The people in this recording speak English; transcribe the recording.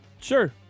Sure